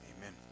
Amen